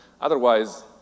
Otherwise